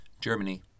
Germany